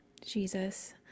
Jesus